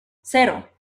cero